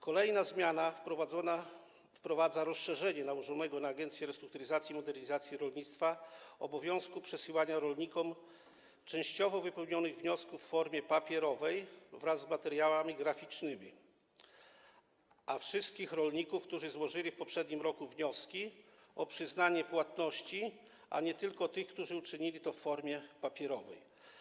Kolejna zmiana wprowadza rozszerzenie zakresu nałożonego na Agencję Restrukturyzacji i Modernizacji Rolnictwa obowiązku przesyłania rolnikom częściowo wypełnionych wniosków w formie papierowej wraz z materiałami graficznymi o wszystkich rolników, którzy złożyli w poprzednim roku wnioski o przyznanie płatności, a nie tylko tych, którzy uczynili to w formie papierowej.